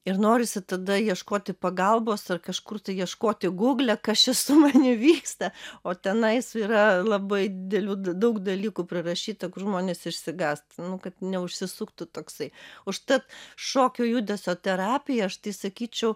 ir norisi tada ieškoti pagalbos ar kažkur tai ieškoti gugle kas čia su manimi vyksta o tenais yra labai didelių daug dalykų prirašyta kur žmonės išsigąstia kad neužsisuktų toksai užtat šokio judesio terapija aš tai sakyčiau